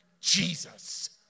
Jesus